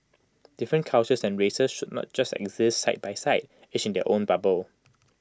different cultures and races should not just exist side by side each in their own bubble